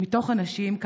2. מבין הנשים,